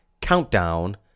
Countdown